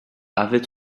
avait